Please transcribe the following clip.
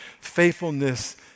faithfulness